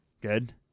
Good